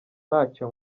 ntacyo